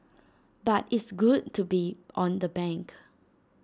but it's good to be on the bank